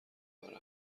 برا